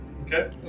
Okay